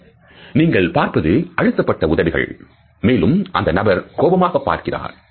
இங்கு நீங்கள் பார்ப்பது அழுத்தப்பட்ட உதடுகள் மேலும் அந்த நபர் கோபமாக பார்க்கிறார்